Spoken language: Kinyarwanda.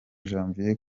janvier